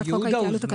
אור יהודה הוזמנה?